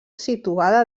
situada